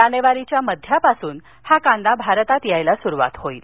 जानेवारीच्या मध्यापासून हा कांदा भारतात येण्यास सुरुवात होईल